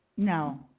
No